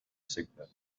signal